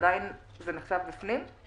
זה נחשב בפנים?